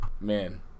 Man